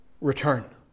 return